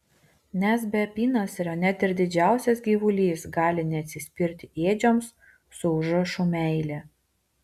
nes be apynasrio net ir didžiausias gyvulys gali neatsispirti ėdžioms su užrašu meilė